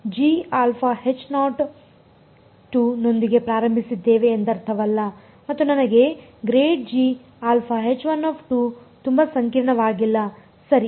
ಆದ್ದರಿಂದ ನಾವು ನೊಂದಿಗೆ ಪ್ರಾರಂಭಿಸಿದ್ದೇವೆ ಎಂದರ್ಥವಲ್ಲ ಮತ್ತು ನನಗೆ ತುಂಬಾ ಸಂಕೀರ್ಣವಾಗಿಲ್ಲ ಸರಿ